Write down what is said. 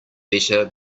better